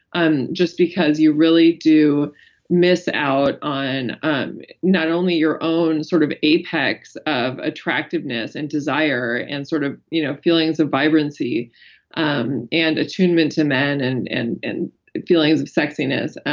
um just because you really do miss out on um not only your own sort of apex of attractiveness and desire and sort of you know feelings of vibrancy um and attunement to men and and feelings of sexiness,